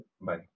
bye